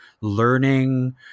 learning